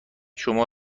شما